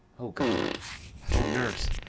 o god o nurse,